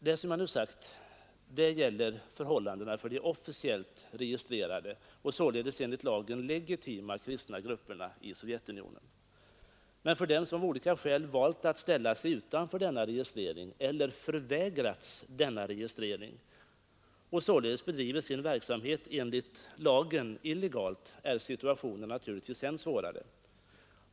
Det som jag nu sagt gäller således förhållandena för de officiellt registrerade, och således de enligt lagen legitima kristna grupperna i Sovjetunionen. För dem som av olika skäl valt att ställa sig utanför denna registrering eller förvägrats den och således enligt lagens bokstav bedriver sin verksamhet illegalt är situationen naturligtvis än svårare.